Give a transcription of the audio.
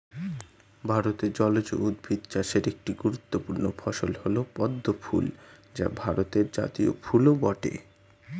ভারতে জলজ উদ্ভিদ চাষের একটি গুরুত্বপূর্ণ ফসল হল পদ্ম ফুল যা ভারতের জাতীয় ফুলও বটে